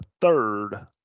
third